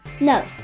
no